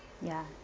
ya